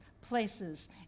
places